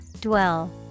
Dwell